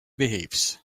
behaves